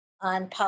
on